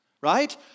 right